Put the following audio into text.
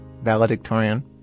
valedictorian